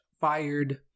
fired